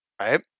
Right